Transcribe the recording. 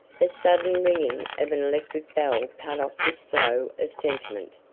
the sudden ringing of an electric bell cut off this flow of sentiment,